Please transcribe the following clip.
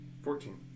Fourteen